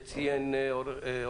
השוואת עלויות לפי החוק מאוד מעורפל.